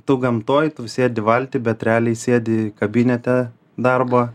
tu gamtoj tu sėdi valty bet realiai sėdi kabinete darbo